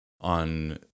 on